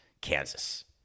Kansas